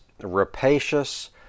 rapacious